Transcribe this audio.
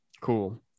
Cool